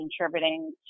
contributing